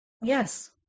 Yes